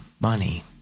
money